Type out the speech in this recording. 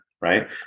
right